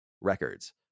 records